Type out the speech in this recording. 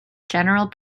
general